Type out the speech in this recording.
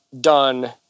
done